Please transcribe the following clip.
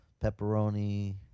pepperoni